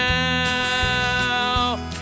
now